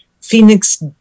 Phoenix